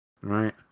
right